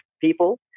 people